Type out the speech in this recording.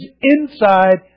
inside